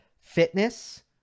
fitness